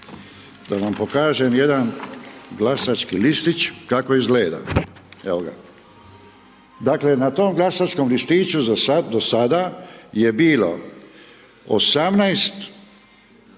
da vam pokažem jedan glasački listić kako izgleda. Evo ga, dakle na tom glasačkom listiću do sada je bilo 18